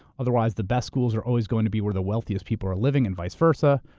otherwise, the best schools are always going to be where the wealthiest people are living, and vice versa.